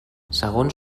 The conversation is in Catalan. segons